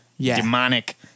demonic